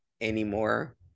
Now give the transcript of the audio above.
anymore